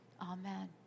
Amen